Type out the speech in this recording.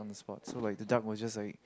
so like the duck moisture like it